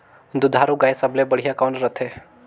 दुधारू गाय सबले बढ़िया कौन रथे?